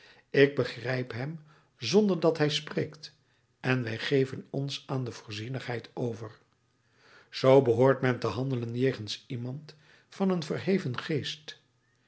ik begrijp hem zonder dat hij spreekt en wij geven ons aan de voorzienigheid over zoo behoort men te handelen jegens iemand van een verheven geest